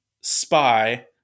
spy